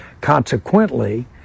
Consequently